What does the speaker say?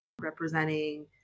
representing